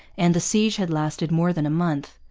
and the siege had lasted more than a month.